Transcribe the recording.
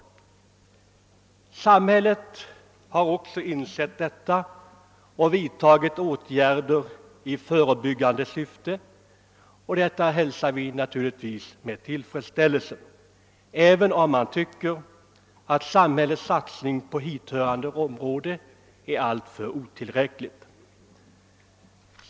Detta har samhället också insett och vidtagit åtgärder i förebyggande syfte. Detta hälsar vi naturligtvis med tillfredsställelse, även om det kan tyckas att samhällets satsning på hithörande område är otillräcklig.